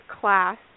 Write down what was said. class